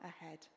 ahead